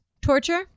torture